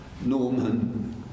Norman